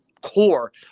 core